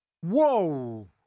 Whoa